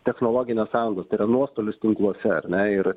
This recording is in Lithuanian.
technologines sąnaudas tai yra nuostolius tinkluose ar ne ir